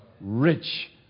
rich